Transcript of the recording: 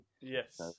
Yes